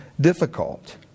difficult